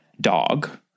dog